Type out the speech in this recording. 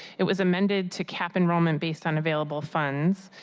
it was amended to cap enrollment based on available funds,